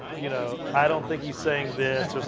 you know, i don't think he's saying this.